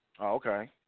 Okay